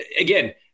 again